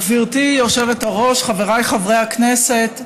גברתי היושבת-ראש, חבריי חברי הכנסת,